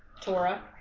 Torah